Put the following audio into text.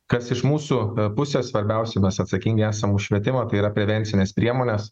kas iš mūsų pusės svarbiausia mes atsakingi esam už švietimą tai yra prevencines priemones